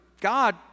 God